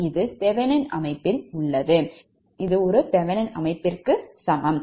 இது ஒரு தெவெனின் அமைப்பிற்கு சமம்